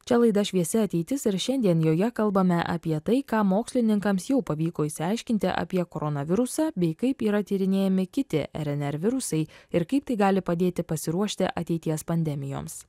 čia laida šviesi ateitis ir šiandien joje kalbame apie tai ką mokslininkams jau pavyko išsiaiškinti apie koronavirusą bei kaip yra tyrinėjami kiti rnr virusai ir kaip tai gali padėti pasiruošti ateities pandemijoms